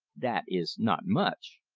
that is not much.